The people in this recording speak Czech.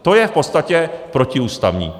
To je v podstatě protiústavní.